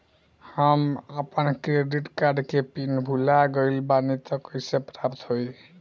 हम आपन credit card के पिन भुला गइल बानी त कइसे प्राप्त होई?